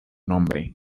nombre